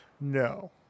No